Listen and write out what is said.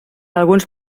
alguns